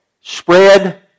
spread